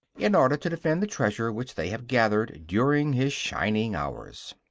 in order to defend the treasure which they have gathered during his shining hours.